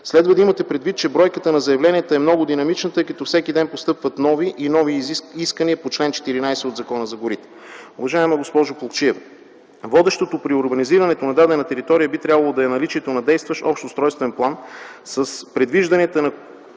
Следва да имате предвид, че бройката на заявленията е много динамична, тъй като всеки ден постъпват нови и нови искания по чл. 14 от Закона за горите. Уважаема госпожо Плугчиева, водещото при организирането на дадена територия би трябвало да е наличието на действащ общ устройствен план с предвижданията, на